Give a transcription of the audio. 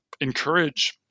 encourage